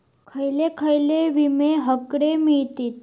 खयले खयले विमे हकडे मिळतीत?